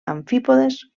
amfípodes